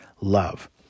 love